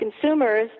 consumers